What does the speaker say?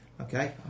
Okay